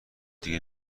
دیگه